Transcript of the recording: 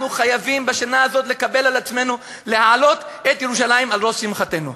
אנחנו חייבים בשנה הזאת לקבל על עצמנו להעלות את ירושלים על ראש שמחתנו.